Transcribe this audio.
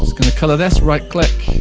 like and to colour this right click,